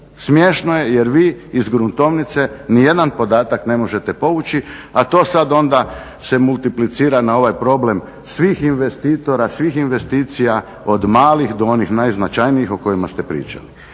Smiješno je jer vi iz gruntovnice niti jedan podatak ne možete povući, a to sad onda se multiplicira na ovaj problem svih investitora, svih investicija, od malih do onih najznačajnijih o kojima ste pričali.